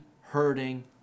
hurting